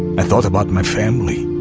i thought about my family,